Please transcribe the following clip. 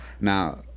Now